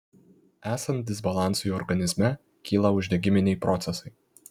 esant disbalansui organizme kyla uždegiminiai procesai